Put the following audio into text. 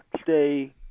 stay